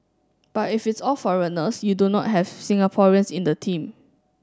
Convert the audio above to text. but if it's all foreigners you do not have Singaporeans in the team